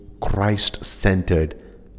christ-centered